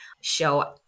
show